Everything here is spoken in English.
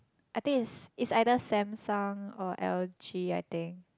I think it's it's either Samsung or L_G I think